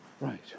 Right